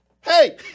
Hey